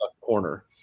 corner